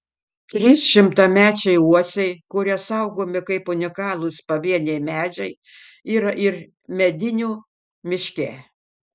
trys šimtamečiai uosiai kurie saugomi kaip unikalūs pavieniai medžiai yra ir medinių miške